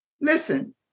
listen